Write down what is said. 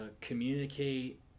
communicate